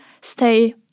stay